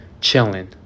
chilling